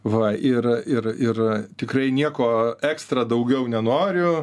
va ir ir ir tikrai nieko ekstra daugiau nenoriu